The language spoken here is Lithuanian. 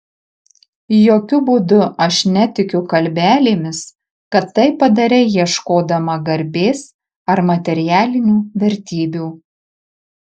jokiu būdu aš netikiu kalbelėmis kad tai padarei ieškodama garbės ar materialinių vertybių